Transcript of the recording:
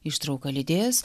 ištrauką lydės